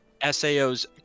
SAOs